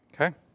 Okay